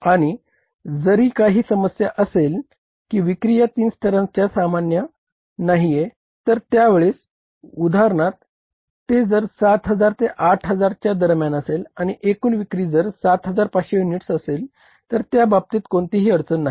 आणि जरी काही समस्या असेल की विक्री या तिन्ही स्तरांच्या सामान नाहीए तर त्या वेळेस उदाहरणार्थ ते जर 7000 ते 8000 च्या दरम्यान असेल आणि एकूण विक्री जर 7500 युनिट्स असेल तर त्या बाबतीत कोणतीही अडचण नाही